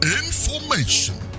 information